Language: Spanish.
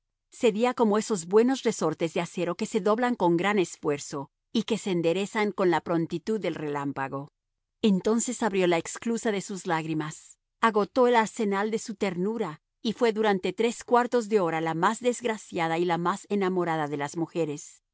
cedía como esos buenos resortes de acero que se doblan con gran esfuerzo y que se enderezan con la prontitud del relámpago entonces abrió la esclusa de sus lágrimas agotó el arsenal de su ternura y fue durante tres cuartos de hora la más desgraciada y la más enamorada de las mujeres